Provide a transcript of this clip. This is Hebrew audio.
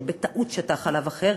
שבטעות ניתן לו חלב אחר.